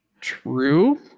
True